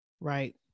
Right